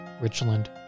Richland